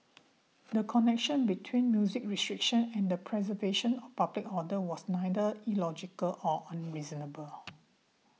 the connection between music restriction and the preservation of public order was neither illogical or unreasonable